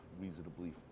reasonably